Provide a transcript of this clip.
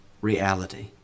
reality